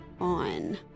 on